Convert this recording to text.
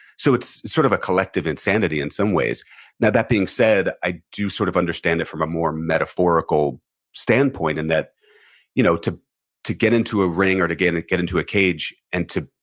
so, it's sort of a collective insanity in some ways now, that being said, i do sort of understand it from a more metaphorical standpoint, in that you know to to get into a ring or get and get into a cage and to